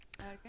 Okay